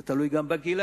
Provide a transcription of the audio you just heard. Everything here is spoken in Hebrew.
זה תלוי בגילים,